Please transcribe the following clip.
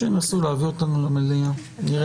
להבין את השיטה הזאת.